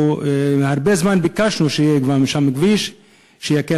והרבה זמן ביקשנו שיהיה גם שם כביש שיקל